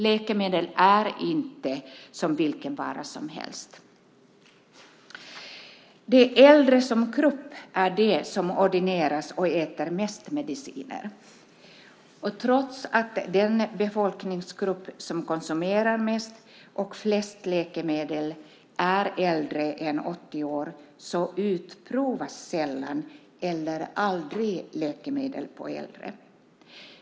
Läkemedel är inte som vilken vara som helst. De äldre som grupp är de som ordineras och äter mest mediciner. Trots att den befolkningsgrupp som konsumerar mest och flest läkemedel är äldre än 80 år utprovas sällan eller aldrig läkemedel på äldre.